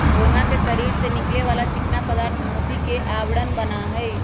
घोंघा के शरीर से निकले वाला चिकना पदार्थ मोती के आवरण बना हई